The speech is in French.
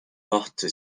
porte